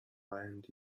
find